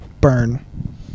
burn